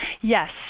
Yes